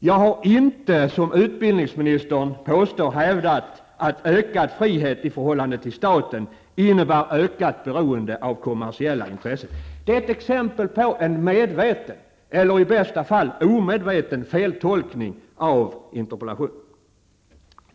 Jag har inte, som utbildningsministern påstår, hävdat att ökad frihet i förhållande till staten innebär ökat beroende av kommersiella intressen. Det är ett exempel på en medveten eller i bästa fall omedveten feltolkning av interpellationen.